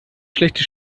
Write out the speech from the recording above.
schlechte